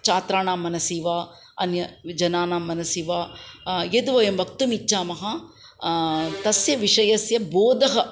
छात्राणां मनसि वा अन्य जनानां मनसि वा यद् वयं वक्तुम् इच्छामः तस्य विषयस्य बोधः